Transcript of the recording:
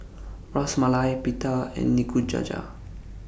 Ras Malai Pita and Nikujaga